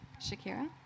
Shakira